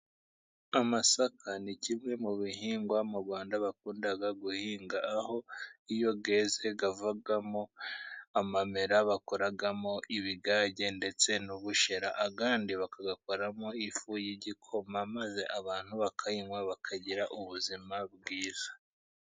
Amasaka ni kimwe mu bihingwa mu Rwanda bakunda guhinga. Aho iyo yeza avamo amamera bakoramo ibigage ndetse n'ubushera, andi bakayakoramo ifu y'igikoma, maze abantu bakakinywa bakagira ubuzima bwiza.